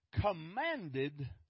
commanded